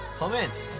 comments